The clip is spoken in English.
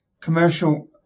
commercial